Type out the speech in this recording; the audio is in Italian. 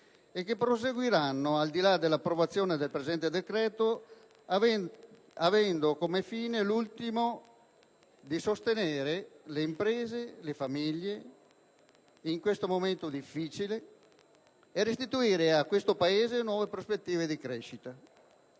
e che proseguiranno, al di là dell'approvazione del presente decreto, avendo come fine ultimo di sostenere le imprese e le famiglie in questo momento difficile e restituire a questo Paese nuove prospettive di crescita.